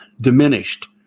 diminished